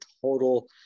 total